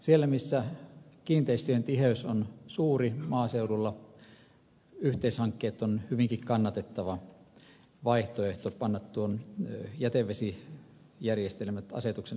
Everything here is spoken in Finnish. siellä missä kiinteistöjen tiheys on suuri maaseudulla yhteishankkeet ovat hyvinkin kannatettava vaihtoehto panna nuo jätevesijärjestelmät asetuksen edellyttämään kuntoon